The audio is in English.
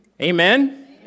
Amen